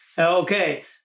Okay